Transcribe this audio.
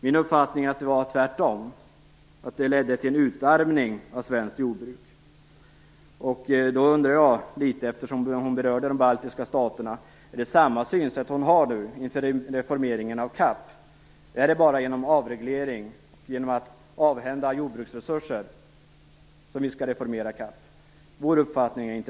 Min uppfattning är att det var tvärtom, att det ledde till en utarmning av svenskt jordbruk. Då undrar jag, eftersom Eva Eriksson berörde de baltiska staterna: Är det samma synsätt hon har nu i fråga om reformeringen av CAP? Är det bara genom avreglering och genom att avhända oss jordbruksresurser som vi skall reformera CAP? Det är inte vår uppfattning.